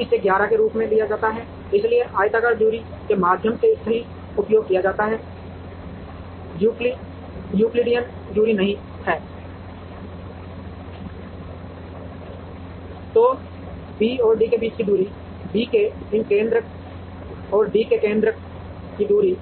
इसे 11 के रूप में लिया जाता है इसलिए आयताकार दूरी के माध्यम से सही उपयोग किया जाता है यूक्लिडियन दूरी नहीं है उपयोग किया जाता है तो B और D के बीच की दूरी B के इन केन्द्रक और D के केन्द्रक की दूरी